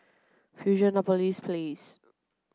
Fusionopolis Place